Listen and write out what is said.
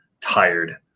tired